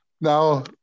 Now